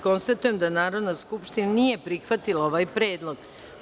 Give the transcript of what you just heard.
Konstatujem da Narodna skupština nije prihvatila ovaj predlog.